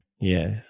Yes